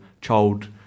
child